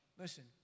Listen